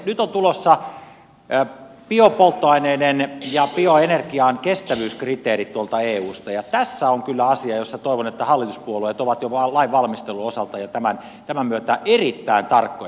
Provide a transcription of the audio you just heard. nyt ovat tulossa biopolttoaineiden ja bioenergian kestävyyskriteerit tuolta eusta ja tässä on kyllä asia jossa toivon että hallituspuolueet ovat jo lain valmistelun osalta ja tämän myötä erittäin tarkkoja